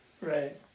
Right